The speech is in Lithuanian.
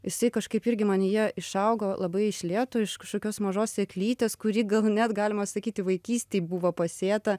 jisai kažkaip irgi manyje išaugo labai iš lėto iš kažkokios mažos sėklytės kuri gal net galima sakyti vaikystėj buvo pasėta